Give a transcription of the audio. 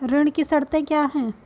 ऋण की शर्तें क्या हैं?